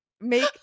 make